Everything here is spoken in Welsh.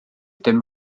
dim